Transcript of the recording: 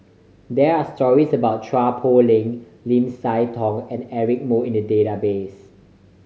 there are stories about Chua Poh Leng Lim Siah Tong and Eric Moo in the database